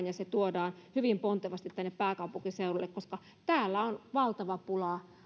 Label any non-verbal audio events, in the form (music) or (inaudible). (unintelligible) ja ne tuodaan hyvin pontevasti tänne pääkaupunkiseudulle koska täällä on tulevina vuosina valtava pula